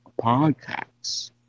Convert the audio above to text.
Podcasts